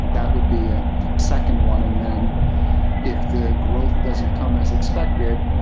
that would be a second one. and then if the growth doesn't come as expected,